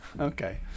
Okay